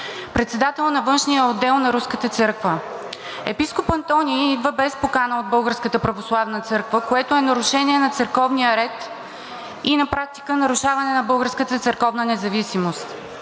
председател на външния отдел на Руската църква. Епископ Антоний идва без покана от Българската православна църква, което е нарушение на църковния ред и на практика нарушаване на българската църковна независимост.